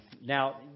Now